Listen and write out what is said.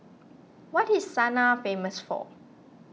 what is Sanaa famous for